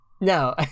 No